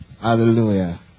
hallelujah